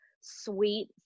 sweet